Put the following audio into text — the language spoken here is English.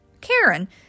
Karen